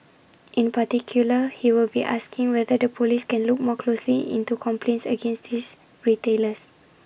in particular he will be asking whether the Police can look more closely into complaints against his retailers